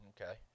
Okay